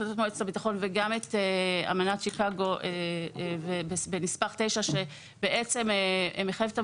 הביטחון וגם את אמנת שיקגו בנספח 9 שבעצם מחייבת את